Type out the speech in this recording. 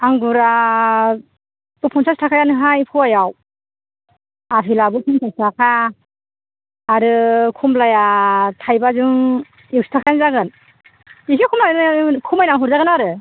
आंगुरा फनसास थाखायानो हाय फवायाव आफेलाबो फनसास थाखा आरो खमलाया थायबाजों एख्स थाखायानो जागोन एसे खमायना खमायना हरजागोन आरो